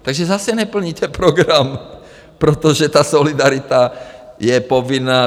Takže zase neplníte program, protože ta solidarita je povinná.